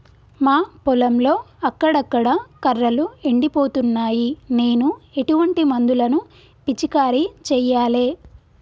మా పొలంలో అక్కడక్కడ కర్రలు ఎండిపోతున్నాయి నేను ఎటువంటి మందులను పిచికారీ చెయ్యాలే?